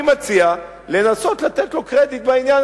אני מציע לנסות לתת לו קרדיט בעניין